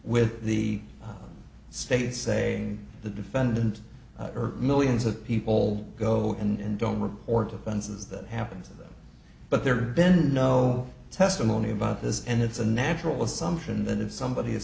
with the state saying the defendant or millions of people go and don't work or defenses that happen to them but there ben no testimony about this and it's a natural assumption that if somebody is